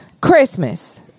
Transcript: Christmas